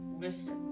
listen